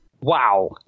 wow